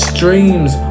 Streams